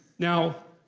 now,